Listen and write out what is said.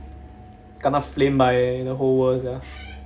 kena flamed by the whole world sia